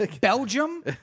Belgium